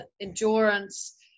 endurance